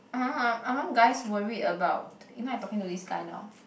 aren't guys worried about you know I talking to this guy now